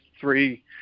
three